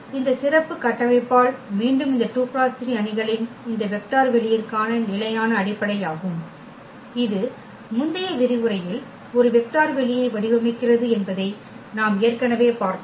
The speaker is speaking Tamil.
இந்த சிறப்பு கட்டமைப்பால் மீண்டும் இந்த 2 × 3 அணிகளின் இந்த வெக்டர் வெளியிற்கான நிலையான அடிப்படையாகும் இது முந்தைய விரிவுரையில் ஒரு வெக்டர் வெளியை வடிவமைக்கிறது என்பதை நாம் ஏற்கனவே பார்த்தோம்